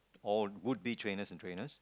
or would be trainers and trainers